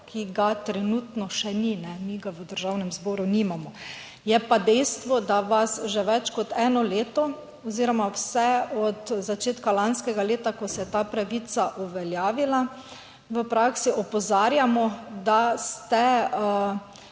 ki ga trenutno še ni. Mi ga v Državnem zboru nimamo. Je pa dejstvo, da vas že več kot eno leto oziroma vse od začetka lanskega leta, ko se je ta pravica uveljavila, v praksi, opozarjamo, da ste v